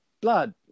blood